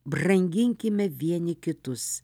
branginkime vieni kitus